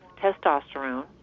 testosterone